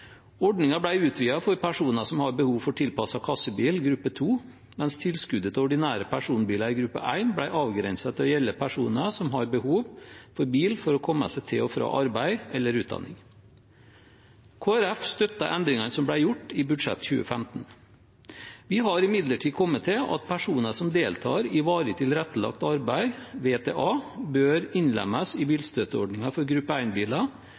for personer som har behov for tilpasset kassebil, gruppe 2, mens tilskuddet til ordinære personbiler, gruppe 1, ble avgrenset til å gjelde personer som har behov for bil til å komme seg til og fra arbeid eller utdanning. Kristelig Folkeparti støttet endringene som ble gjort i budsjettet 2015. Vi har imidlertid kommet til at personer som deltar i varig tilrettelagt arbeid, VTA, bør innlemmes i bilstøtteordningen for